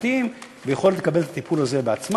פרטיים ויכולת לקבל את הטיפול הזה בעצמם.